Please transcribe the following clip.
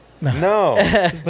no